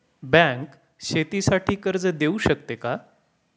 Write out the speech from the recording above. Bank शेतीसाठी कर्ज देऊ शकते का?